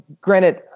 granted